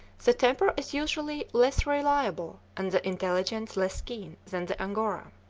the temper is usually less reliable and the intelligence less keen than the angora.